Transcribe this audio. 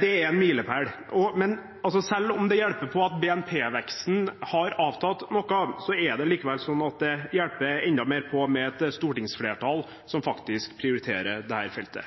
Det er en milepæl. Selv om det hjelper på at BNP-veksten har avtatt noe, hjelper det enda mer på med et stortingsflertall som faktisk prioriterer dette feltet.